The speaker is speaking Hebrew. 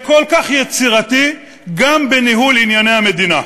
כל כך יצירתי גם בניהול ענייני המדינה?